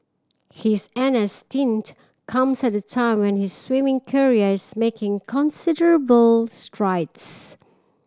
his N S stint comes at a time when his swimming career is making considerable strides